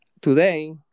Today